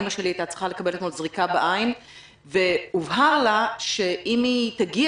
אמא שלי היתה צריכה לקבל אתמול זריקה בעין והובהר לה שאם היא תגיע